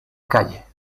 calle